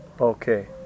Okay